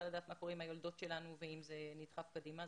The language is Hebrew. לדעת מה קורה עם היולדות שלנו ואם זה נדחף קדימה,